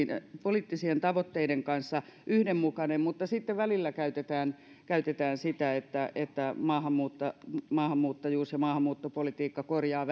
poliittisten tavoitteiden kanssa yhdenmukaista mutta sitten välillä käytetään käytetään sitä että että maahanmuuttajuus ja maahanmuuttopolitiikka korjaavat